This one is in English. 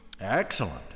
Excellent